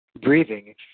breathing